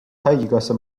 haigekassa